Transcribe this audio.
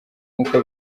nkuko